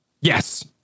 Yes